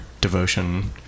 devotion